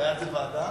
בעד זה ועדה?